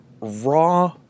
raw